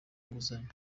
nguzanyo